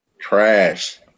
trash